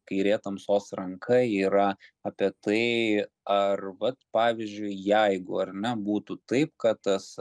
kairė tamsos ranka yra apie tai ar vat pavyzdžiui jeigu ar ne būtų taip kad tas